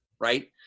right